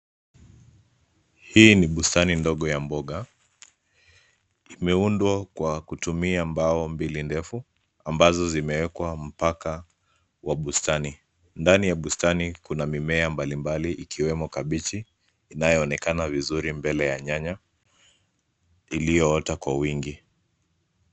Hii ni bustani ndogo ya mboga. Imeundwa kwa kutumia mbao mbili ndefu, ambazo zimekuwa mpaka wa bustani. Ndani ya bustani kuna mimea mbalimbali ikiwemo kabichi, inayonekana vizuri mbele ya nyanya, iliyoota kwa wingi.